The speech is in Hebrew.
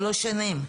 שלוש שנים.